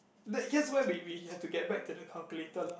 that yes where we we have to get back to the calculator lah